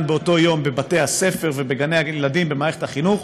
באותו יום בבתי-הספר ובגני הילדים במערכת החינוך,